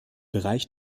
bereich